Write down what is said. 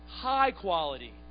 high-quality